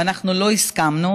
ואנחנו לא הסכמנו.